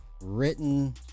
written